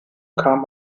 kam